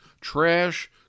Trash